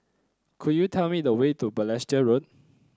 could you tell me the way to Balestier Road